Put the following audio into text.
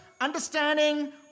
understanding